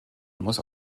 muss